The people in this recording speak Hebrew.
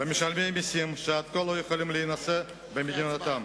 ומשלמי מסים שעד כה לא יכלו להינשא במדינתם.